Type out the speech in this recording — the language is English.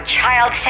child